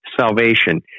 salvation